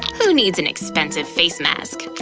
who needs an expensive face mask,